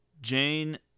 Jane